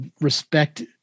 respect